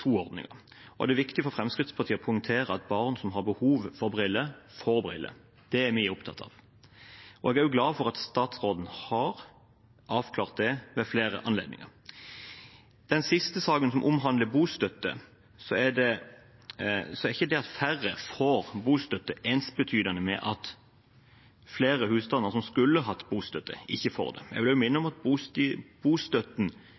to ordninger. Det er viktig for Fremskrittspartiet å poengtere at barn som har behov for briller, får briller. Det er vi opptatt av. Vi er også glad for at statsråden har avklart det ved flere anledninger. Når det gjelder det siste forslaget, som omhandler bostøtte, er ikke det at færre får bostøtte, ensbetydende med at flere husstander som skulle hatt bostøtte, ikke får det. Jeg vil også minne om at bostøtten